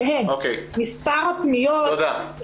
שהם: מספר הפניות,